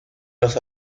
los